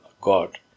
God